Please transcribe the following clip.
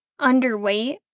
underweight